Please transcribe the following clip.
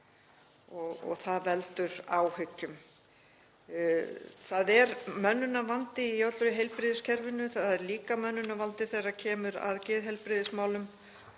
og það veldur áhyggjum. Það er mönnunarvandi í öllu heilbrigðiskerfinu. Það er líka mönnunarvandi þegar kemur að geðheilbrigðismálum